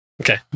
Okay